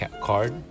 card